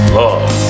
love